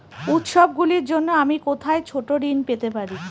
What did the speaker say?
উত্সবগুলির জন্য আমি কোথায় ছোট ঋণ পেতে পারি?